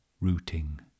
rooting